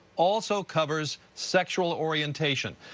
also covers sexual orientation.